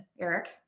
eric